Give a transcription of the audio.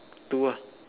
two ah